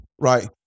right